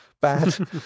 bad